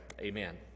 Amen